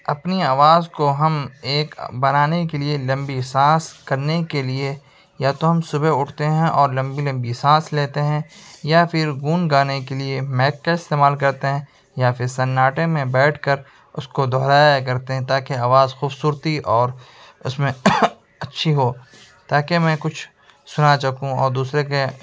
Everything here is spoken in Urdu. اپنی آواز کو ہم ایک بنانے کے لیے لمبی سانس کرنے کے لیے یا تو ہم صُبح اُٹھتے ہیں اور لمبی لمبی سانس لیتے ہیں یا پھر اُن گانے کے لیے میک کا استعمال کرتے ہیں یا پھر سناٹے میں بیٹھ کر اُس کو دہرایا کرتے ہیں تاکہ آواز خوبصورتی اور اُس میں اچھی ہو تاکہ میں کچھ سُنا سکوں اور دوسرے کے